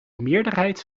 meerderheid